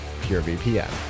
purevpn